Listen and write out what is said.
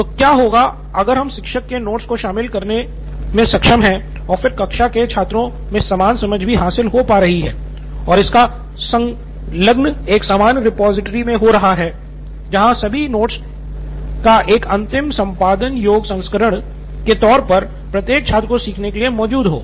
तो क्या होगा अगर हम शिक्षक के नोट्स को शामिल करने में सक्षम हैं और फिर कक्षा के छात्रों मे समान समझ भी हासिल हो पा रही और इसका संकलन एक सामान्य रिपॉजिटरी में हो रहा हो जहां सभी नोट्स का एक अंतिम संपादन योग्य संस्करण के तौर पर प्रत्येक छात्र को सीखने के लिए मौजूद हो